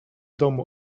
domu